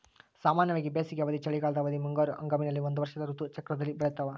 ಸಾಮಾನ್ಯವಾಗಿ ಬೇಸಿಗೆ ಅವಧಿ, ಚಳಿಗಾಲದ ಅವಧಿ, ಮುಂಗಾರು ಹಂಗಾಮಿನಲ್ಲಿ ಒಂದು ವರ್ಷದ ಋತು ಚಕ್ರದಲ್ಲಿ ಬೆಳ್ತಾವ